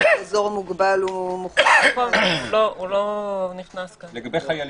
לגבי חיילים,